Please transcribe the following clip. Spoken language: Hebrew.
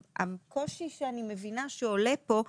הקושי שאני מבינה שעולה פה,